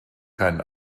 keinen